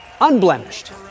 unblemished